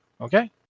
Okay